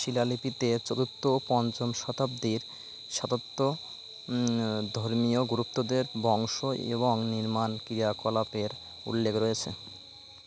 শিলালিপিতে চতুর্থ ও পঞ্চম শতাব্দীর সাতাত্য ধর্মীয় গুরুত্বদের বংশ এবং নির্মাণ ক্রিয়াকলাপের উল্লেখ রয়েছে